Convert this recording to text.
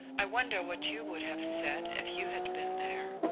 i wonder what you would have said if you had been there!